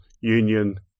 Union